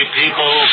people